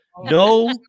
No